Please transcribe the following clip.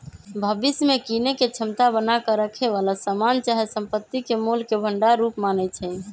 भविष्य में कीनेके क्षमता बना क रखेए बला समान चाहे संपत्ति के मोल के भंडार रूप मानइ छै